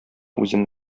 үзем